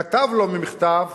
כתב לו מכתב